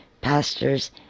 pastors